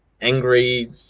angry